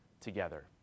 together